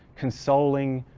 consoling